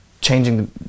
changing